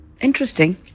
Interesting